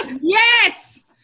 yes